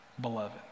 beloved